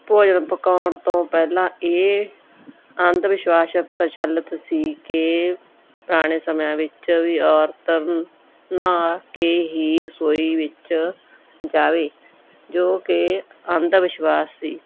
ਭੋਜਨ ਪਕਾਉਣ ਤੋਂ ਪਹਿਲਾਂ ਇਹ ਅੰਧ ਵਿਸ਼ਵਾਸ ਪ੍ਰਚਲਿੱਤ ਸੀ ਕਿ ਪੁਰਾਣੇ ਸਮਿਆਂ ਵਿੱਚ ਵੀ ਔਰਤ ਨਹਾ ਕੇ ਹੀ ਰਸੋਈ ਵਿੱਚ ਜਾਵੇ ਜੋ ਕਿ ਅੰਧ ਵਿਸ਼ਵਾਸ ਸੀ